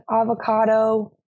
avocado